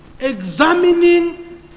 examining